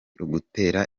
ugutera